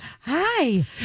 Hi